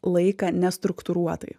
laiką nestruktūruotai